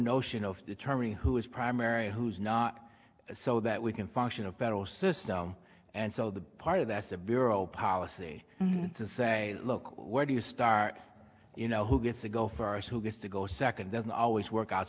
notion of determining who is primary who's not so that we can function a federal system and so the part of that's a bureau policy to say look where do you start you know who gets to go far as who gets to go second doesn't always work out